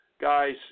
Guys